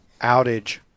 outage